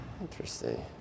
Interesting